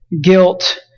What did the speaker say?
guilt